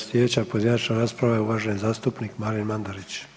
Sljedeća pojedinačna rasprava je uvaženi zastupnik Marin Mandarić.